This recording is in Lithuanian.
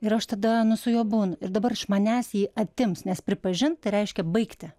ir aš tada nu su juo būnu ir dabar iš manęs jį atims nes pripažint tai reiškia baigti